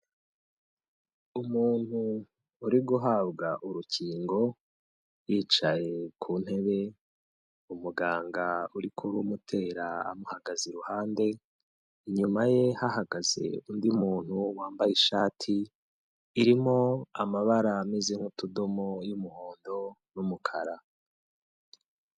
Umuntu uri guhabwa urukingo yicaye ku ntebe, umuganga uri kurumutera amuhagaze iruhande, inyuma ye hahagaze undi muntu wambaye ishati irimo amabara ameze nk'utudomo y'umuhondo n'umukara.